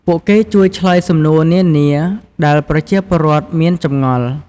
ពួកគេជួយឆ្លើយសំណួរនានា ដែលប្រជាពលរដ្ឋមានចម្ងល់។